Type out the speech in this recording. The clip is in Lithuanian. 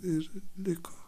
ir liko